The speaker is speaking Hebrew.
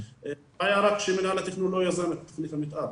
הבעיה רק שמינהל התכנון לא יזם את תכנית המתאר.